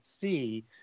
see